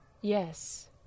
Yes